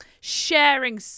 sharing